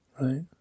right